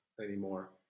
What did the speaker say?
anymore